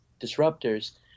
disruptors